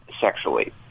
sexually